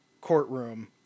courtroom